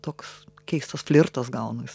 toks keistas flirtas gaunas